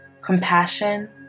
Compassion